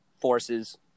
forces